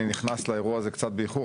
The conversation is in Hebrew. אני נכנס לאירוע הזה קצת באיחור.